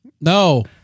No